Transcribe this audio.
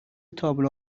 تابلو